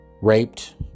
raped